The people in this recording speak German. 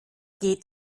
geht